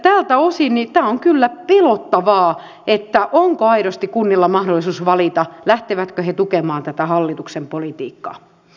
tältä osin tämä on kyllä pelottavaa onko aidosti kunnilla mahdollisuus valita lähtevätkö he tukemaan tätä hallituksen politiikkaa